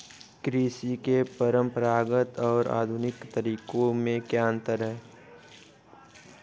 कृषि के परंपरागत और आधुनिक तरीकों में क्या अंतर है?